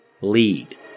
lead